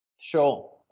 Sure